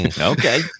Okay